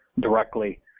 directly